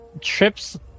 Trips